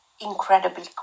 incredibly